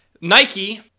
Nike